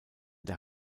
der